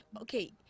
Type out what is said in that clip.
Okay